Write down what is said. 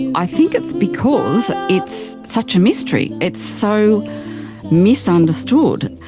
i think it's because it's such a mystery, it's so misunderstood.